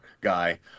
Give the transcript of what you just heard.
guy